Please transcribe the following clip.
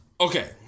Okay